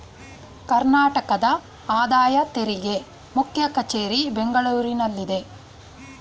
ಕರ್ನಾಟಕದ ಆದಾಯ ತೆರಿಗೆ ಮುಖ್ಯ ಕಚೇರಿ ಬೆಂಗಳೂರಿನಲ್ಲಿದೆ